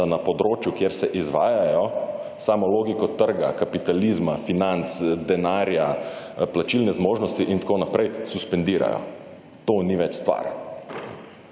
da na področju kjer se izvajajo, samo logiko trga, kapitalizma, financ, denarja, plačilne zmožnosti, itn., suspendirajo. To ni več stvar.